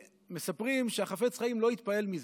מספרים שהחפץ חיים לא התפעל מזה.